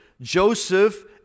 Joseph